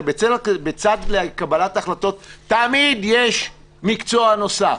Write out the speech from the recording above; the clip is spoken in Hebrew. הרי בצד קבלת ההחלטות תמיד יש מקצוע נוסף,